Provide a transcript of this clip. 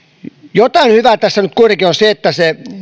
jotain hyvää tässä nyt kuitenkin on se että se